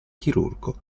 chirurgo